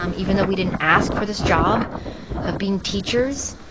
um even though we didn't ask for this job of being teachers,